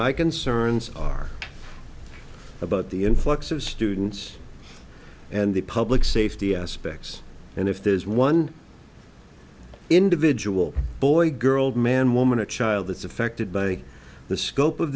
my concerns are about the influx of students and the public safety aspects and if there's one individual boy girl man woman or child that's affected by the scope of